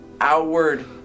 outward